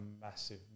massive